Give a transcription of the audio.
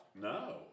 No